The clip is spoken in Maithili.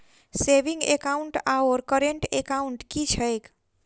सेविंग एकाउन्ट आओर करेन्ट एकाउन्ट की छैक?